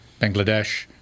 Bangladesh